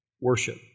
worship